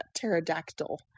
Pterodactyl